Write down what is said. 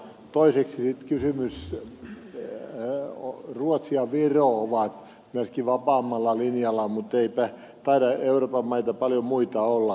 toiseksi on se kysymys että ruotsi ja viro ovat myöskin vapaammalla linjalla mutta eipä kyllä taida euroopan maita paljon muita olla